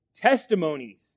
testimonies